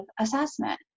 assessment